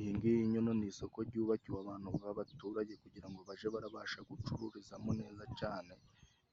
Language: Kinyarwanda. Iyi ngiyi nyine ni isoko ryubakiwe abantu b'abaturage, kugirango ngo baje barabasha gucururizamo neza cane,